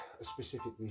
specifically